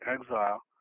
exile